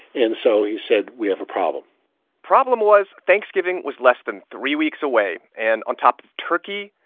and so he said, we have a problem problem was thanksgiving was less than three weeks away, and on top of turkey,